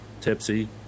tipsy